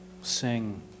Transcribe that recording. sing